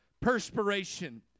perspiration